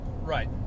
Right